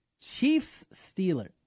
Chiefs-Steelers